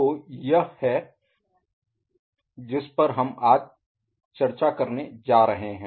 तो यह है जिस पर हम आज चर्चा करने जा रहे हैं